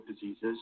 diseases